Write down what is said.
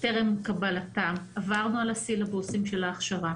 טרם קבלתם, עברנו על הסילבוסים של ההכשרה